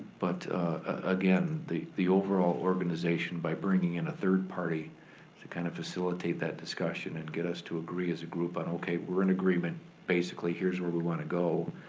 but again the the overall organization, by bringing in a third party to kinda facilitate that discussion and get us to agree as a group, and okay we're in agreement basically, here's where we wanna go,